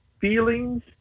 feelings